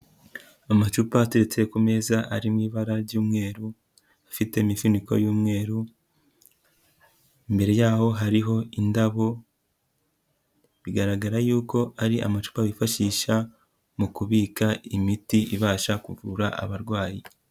Amacupa ateretse ku meza, ari mu ibara ry'umweru, afite imifuniko y'umweru, imbere y'aho hariho indabo, bigaragara yuko ari amacupa bifashisha mu kubika imiti ibasha kuvura abarwayi.